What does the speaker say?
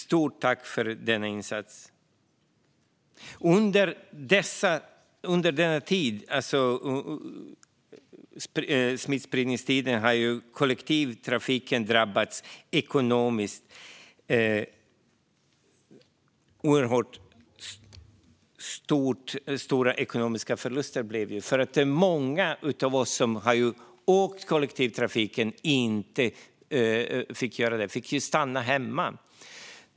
Stort tack för denna insats! Under smittspridningstiden har kollektivtrafiken drabbats av oerhört stora ekonomiska förluster. Många av oss som har åkt i kollektivtrafiken fick ju inte göra det utan måste stanna hemma.